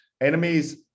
enemies